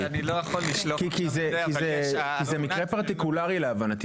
כי זה מקרה פרטיקולרי להבנתי,